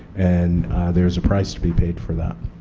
and there is a price to be paid for that.